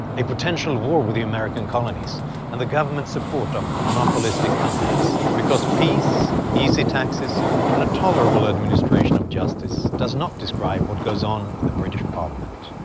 a potential war with the american colonies and the government's support of monopolistic companies. because peace, easy taxes and a tolerable administration of justice, does not describe what goes on in the british parliament.